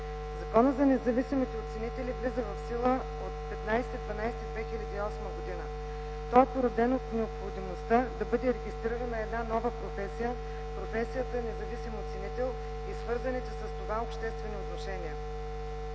Законът за независимите оценители влиза в сила от 15.12.2008 г. Той е породен от необходимостта да бъде регистрирана една нова професия – професията независим оценител и свързаните с това обществени отношения.